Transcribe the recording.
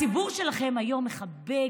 הציבור שלכם היום מחבק,